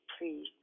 please